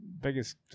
biggest